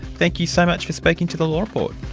thank you so much for speaking to the law report.